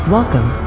Welcome